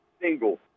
single